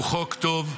הוא חוק טוב.